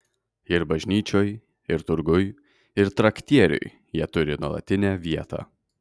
ir bažnyčioj ir turguj ir traktieriuj jie turi nuolatinę vietą